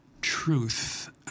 truth